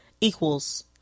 equals